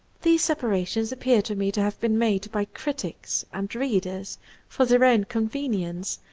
these separations appear to me to have been made by critics and readers for their own convenience,